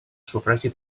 sufragi